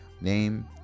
name